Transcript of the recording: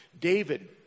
David